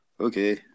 okay